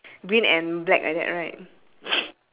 um okay then must find